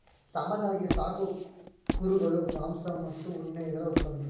ಸಾಮಾನ್ಯವಾಗಿ ಸಾಕು ಕುರುಗಳು ಮಾಂಸ ಮತ್ತ ಉಣ್ಣಿ ಇದರ ಉತ್ಪನ್ನಾ